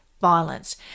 violence